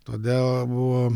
todėl buvo